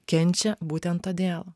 kenčia būtent todėl